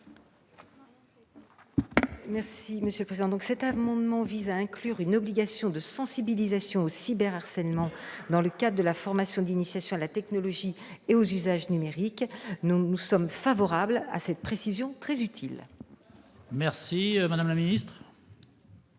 de la commission ? Cet amendement vise à inclure une obligation de sensibilisation au cyberharcèlement dans le cadre de la formation d'initiation à la technologie et aux usages numériques. Nous sommes favorables à cette précision très utile. La commission